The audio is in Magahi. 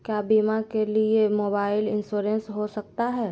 क्या बीमा के लिए मोबाइल इंश्योरेंस हो सकता है?